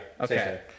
Okay